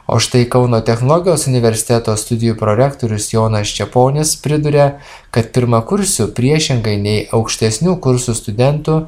o štai kauno technologijos universiteto studijų prorektorius jonas čeponis priduria kad pirmakursių priešingai nei aukštesnių kursų studentų